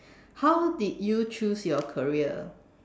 how did you choose your career